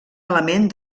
element